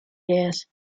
years